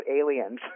aliens